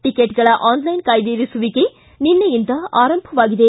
ಟಿಕೆಟ್ಗಳ online ಕಾಯ್ದಿರಿಸುವಿಕೆ ನಿನ್ನೆಯಿಂದಲೇ ಆರಂಭವಾಗಿದೆ